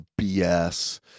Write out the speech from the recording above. BS